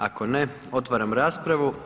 Ako ne, otvaram raspravu.